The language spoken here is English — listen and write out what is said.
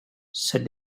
said